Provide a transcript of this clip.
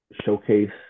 showcase